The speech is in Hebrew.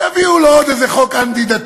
יביאו לו עוד איזה חוק אנטי-דתי,